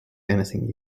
anything